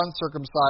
uncircumcised